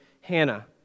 Hannah